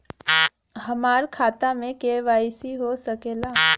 हमार खाता में के.वाइ.सी हो सकेला?